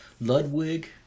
Ludwig